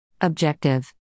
Objective